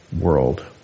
world